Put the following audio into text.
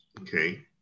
Okay